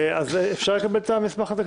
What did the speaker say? אפשר לקבל את המסמך הזה?